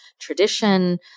tradition